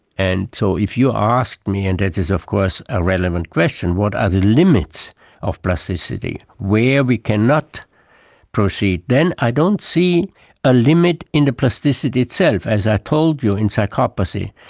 and so if you ask me, and that is of course a relevant question, what are the limits of plasticity, where we cannot proceed then, i don't see a limit in the plasticity itself. as i told you, in psychopathy,